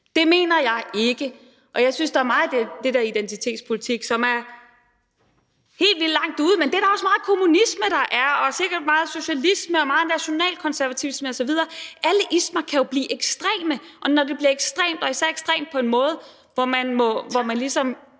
Det mener jeg ikke. Og jeg synes, at der er meget af det der identitetspolitik, som er helt vildt langt ude. Men det er der også meget kommunisme, der er, og sikkert meget socialisme og meget nationalkonservatisme osv., der er. Alle ismer kan jo blive ekstreme, og når noget bliver ekstremt og især ekstremt på en måde, hvor man ligesom